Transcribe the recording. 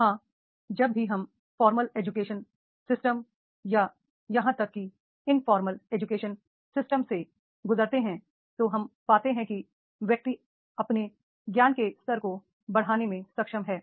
हां जब भी हम फॉर्मल एजुकेशन सिस्टम या यहां तक कि इनफॉर्मल एजुकेशन सिस्टम से गुजरते हैं तो हम पाते हैं कि व्यक्ति अपने ज्ञान के स्तर को बढ़ाने में सक्षम है